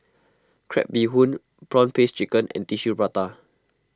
Crab Bee Hoon Prawn Paste Chicken and Tissue Prata